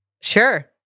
Sure